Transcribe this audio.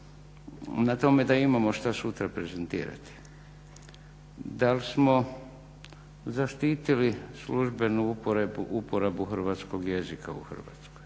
na tome da imamo šta sutra prezentirati. Da li smo zaštitili službenu uporabu hrvatskog jezika u Hrvatskoj?